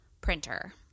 printer